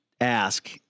ask